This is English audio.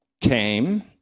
came